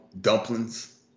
dumplings